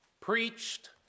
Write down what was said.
preached